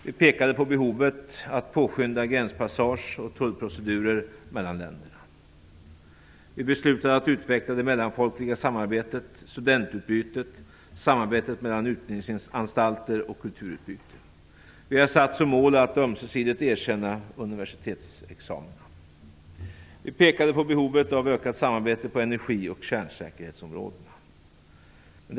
Vi pekade på behovet att påskynda gränspassage och tullprocedurer mellan länderna. Vi beslutade att utveckla det mellanfolkliga samarbetet, studentutbytet, samarbetet mellan utbildningsanstalter samt kulturutbytet. Vi har satt som mål att ömsesidigt erkänna universitetsexamina. Vi pekade på behovet av ökat samarbete på energi och kärnsäkerhetsområdena.